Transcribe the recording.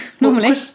normally